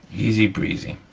easy breezy.